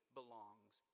belongs